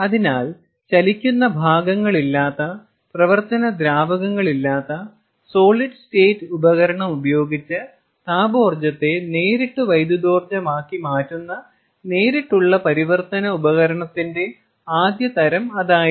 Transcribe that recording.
അതിനാൽ ചലിക്കുന്ന ഭാഗങ്ങളില്ലാത്ത പ്രവർത്തന ദ്രാവകങ്ങളില്ലാത്ത സോളിഡ് സ്റ്റേറ്റ് ഉപകരണം ഉപയോഗിച്ച് താപോർജ്ജത്തെ നേരിട്ട് വൈദ്യുതോർജ്ജമാക്കി മാറ്റുന്ന നേരിട്ടുള്ള പരിവർത്തന ഉപകരണത്തിന്റെ ആദ്യ തരം അതായിരുന്നു